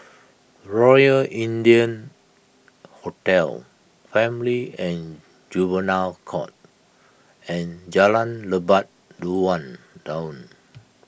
Royal India Hotel Family and Juvenile Court and Jalan Lebat Daun